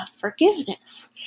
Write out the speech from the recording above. forgiveness